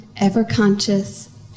ever-conscious